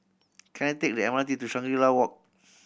can I take the M R T to Shangri La Walk